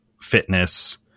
fitness